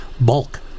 bulk